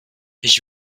ich